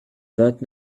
vingt